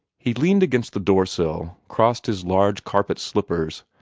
he leaned against the door-sill, crossed his large carpet slippers,